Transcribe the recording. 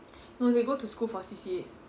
no they go to school for C_C_A